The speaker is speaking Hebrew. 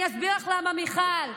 אני אסביר לך למה, מיכל.